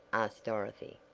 asked dorothy,